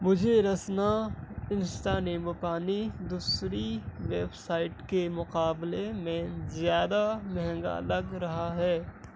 مجھے رسنا انسٹا نیبو پانی دوسری ویب سائٹ کے مقابلے میں زیادہ مہنگا لگ رہا ہے